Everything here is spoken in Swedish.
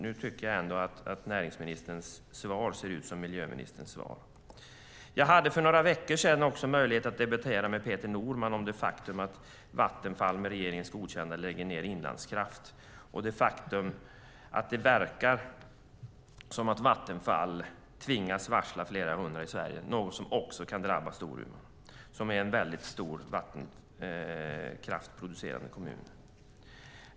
Nu tycker jag ändå att näringsministerns svar ser ut som miljöministerns svar. Jag hade för några veckor sedan möjlighet att debattera med Peter Norman om det faktum att Vattenfall med regeringens godkännande lägger ned Inlandskraft och det faktum att det verkar som att Vattenfall tvingas varsla flera hundra i Sverige, något som också kan drabba Storuman, som är en stor vattenkraftsproducerande kommun.